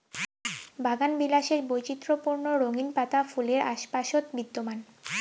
বাগানবিলাসের বৈচিত্র্যপূর্ণ রঙিন পাতা ফুলের আশপাশত বিদ্যমান